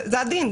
זה הדין.